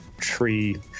tree